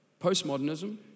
postmodernism